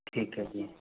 ਠੀਕ ਐ ਜੀ